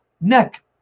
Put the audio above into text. neck